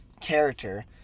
character